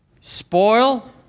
spoil